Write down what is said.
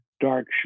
dark